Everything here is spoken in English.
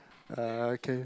uh okay